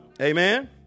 Amen